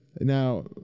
Now